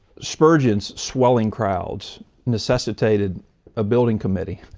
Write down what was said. spurgeon's swelling crowds necessitated a building committee,